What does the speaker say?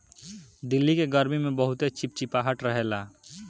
दिल्ली के गरमी में बहुते चिपचिपाहट रहेला